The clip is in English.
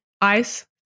ice